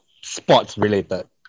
sports-related